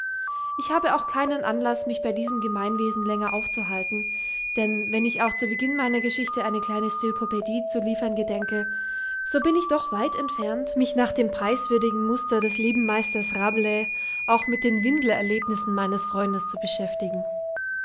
ich habe auch keinen anlaß mich bei diesem gemeinwesen länger aufzuhalten denn wenn ich auch zu beginn meiner geschichte eine kleine stilpopädie zu liefern gedenke so bin ich doch weit entfernt mich nach dem preiswürdigen muster des lieben meisters rabelais auch mit den windelerlebnissen meines freundes zu beschäftigen